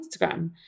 Instagram